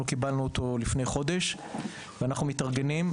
אנחנו קיבלנו אותו לפני חודש ואנחנו מתארגנים.